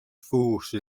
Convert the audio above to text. force